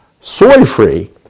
soy-free